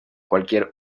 cualquier